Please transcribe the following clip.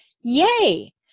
yay